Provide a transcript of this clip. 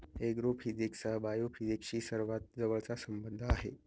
ऍग्रोफिजिक्सचा बायोफिजिक्सशी सर्वात जवळचा संबंध आहे